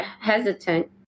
hesitant